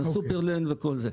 סופר-לנד וכדומה.